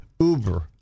Uber